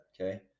Okay